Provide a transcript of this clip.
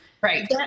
right